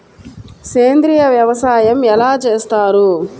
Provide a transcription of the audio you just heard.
సేంద్రీయ వ్యవసాయం ఎలా చేస్తారు?